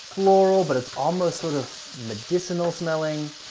floral, but it's almost sort of medicinal smelling.